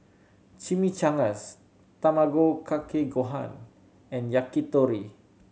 Chimichangas Tamago Kake Gohan and Yakitori